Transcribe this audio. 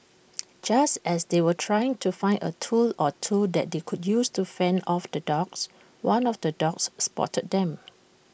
just as they were trying to find A tool or two that they could use to fend off the dogs one of the dogs spotted them